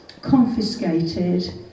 confiscated